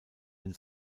den